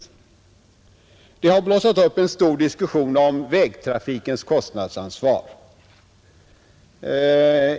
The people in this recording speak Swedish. Nr 85 Det har blossat upp en stor diskussion om vägtrafikens kostnadsan = Torsdagen den svar.